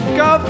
go